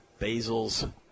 Basils